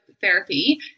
therapy